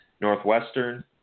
Northwestern